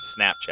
Snapchat